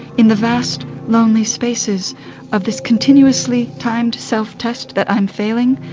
in the vast, lonely spaces of this continuously timed self-test that i'm failing,